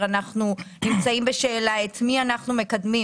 אנחנו נמצאים בשאלה את מי אנחנו מקדמים,